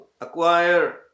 acquire